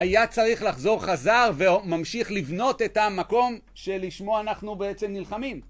היה צריך לחזור חזר וממשיך לבנות את המקום שלשמו אנחנו בעצם נלחמים.